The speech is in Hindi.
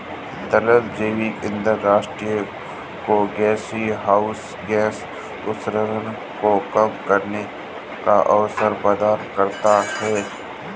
तरल जैव ईंधन राष्ट्र को ग्रीनहाउस गैस उत्सर्जन को कम करने का अवसर प्रदान करता है